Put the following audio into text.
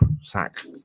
sack